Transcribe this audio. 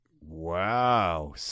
Wow